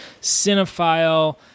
cinephile